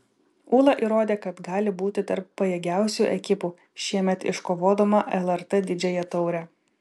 ūla įrodė kad gali būti tarp pajėgiausių ekipų šiemet iškovodama lrt didžiąją taurę